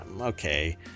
okay